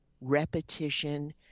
repetition